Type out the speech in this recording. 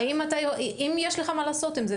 האם יש לך מה לעשות עם זה?